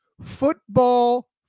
Football